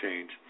Change